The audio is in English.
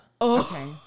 Okay